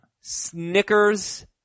Snickers